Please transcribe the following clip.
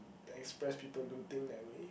the express people do thing that way